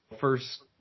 first